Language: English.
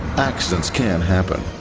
accidents can happen.